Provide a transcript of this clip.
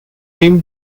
him